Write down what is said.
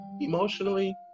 emotionally